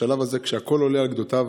בשלב הזה, כשהכול עולה על גדותיו